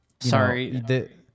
Sorry